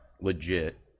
legit